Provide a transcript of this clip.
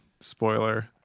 spoiler